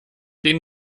den